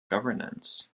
governance